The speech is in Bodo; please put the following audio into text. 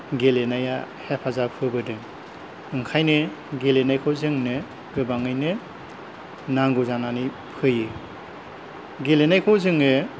गेलेनाया हेफाजाब होबोदों ओंखायनो गेलेनायखौ जोंनो गोबांयैनो नांगौ जानानै फैयो गेलेनायखौ जोङो